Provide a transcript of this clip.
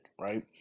right